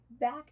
back